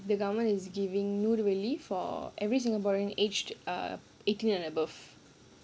the government is giving new relief for every singaporean aged err eighteen and above